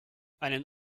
einen